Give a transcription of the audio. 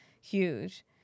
huge